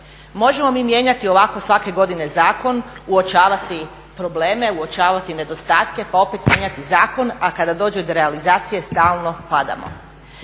Možemo mi mijenjati ovako svake godine zakon, uočavati probleme, uočavati nedostatke pa opet mijenjati zakon, a kada dođe do realizacije stalno padamo.